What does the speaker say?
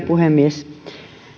puhemies